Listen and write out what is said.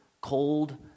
cold